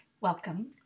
Welcome